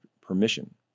permission